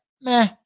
meh